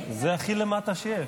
זה הכי למטה שיש.